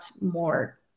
more